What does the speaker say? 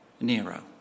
Nero